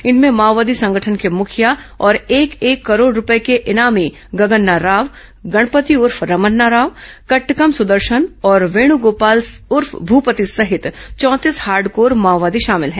इनमें माओवादी संगठन के मुँखिया और एक एक ँकरोड़ रूपये के इनामी गगन्ना राव गणपति उर्फ रमन्ना राव कटकम सुदर्शन और वेणुगोपाल उर्फ भूपति सहित चौंतीस हार्डकोर माओवादी शामिल हैं